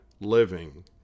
living